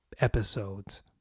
episodes